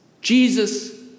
Jesus